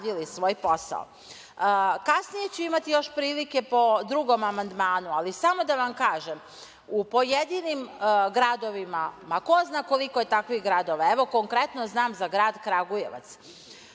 posao. Kasnije ću imati još prilike po drugom amandmanu, ali samo da vam kažem da u pojedinim gradovima, a ko zna koliko je takvih gradova, evo konkretno znam za grad Kragujevac,